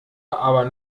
aber